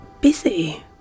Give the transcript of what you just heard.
busy